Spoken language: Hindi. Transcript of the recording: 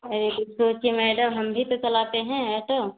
अरे यह सोचिए मैडम हम भी तो चलाते हैं आटो